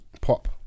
pop